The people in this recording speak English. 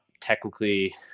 technically